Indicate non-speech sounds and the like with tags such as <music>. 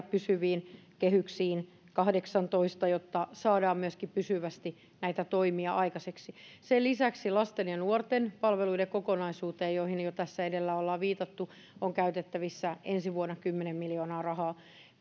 <unintelligible> pysyviin kehyksiin kahdeksantoista miljoonaa jotta saadaan myöskin pysyvästi näitä toimia aikaiseksi sen lisäksi lasten ja nuorten palveluiden kokonaisuuteen joihin jo tässä edellä ollaan viitattu on käytettävissä ensi vuonna kymmenen miljoonaa rahaa